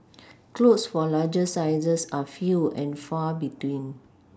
clothes for larger sizes are few and far between